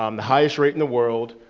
um the highest rate in the world.